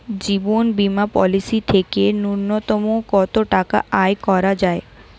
জীবন বীমা পলিসি থেকে ন্যূনতম কত টাকা আয় করা যায়?